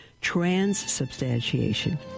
transubstantiation